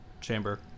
Chamber